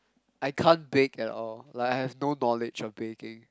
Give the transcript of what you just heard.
I can't bake at all like I have no knowledge of baking